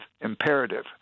imperative